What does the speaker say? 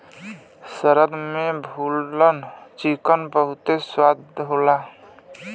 शहद में भुनल चिकन बहुते स्वाद होला